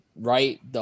right